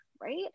Right